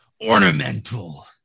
ornamental